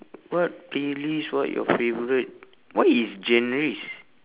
what playlist what your favourite what is genres